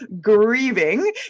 grieving